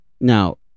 Now